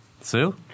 sue